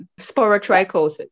Sporotrichosis